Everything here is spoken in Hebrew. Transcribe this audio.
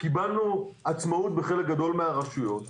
קיבלנו עצמאות בחלק מהרשויות,